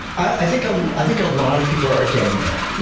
i think ah i think a lot of people are getting there.